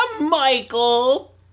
Michael